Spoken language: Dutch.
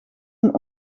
een